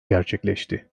gerçekleşti